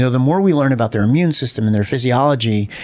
so the more we learn about their immune system and their physiology,